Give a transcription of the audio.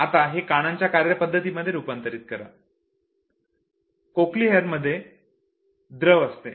आता हे कानांच्या कार्य पद्धतीमध्ये रूपांतरित करा कोक्लिअर मध्ये द्रव असते